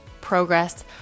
progress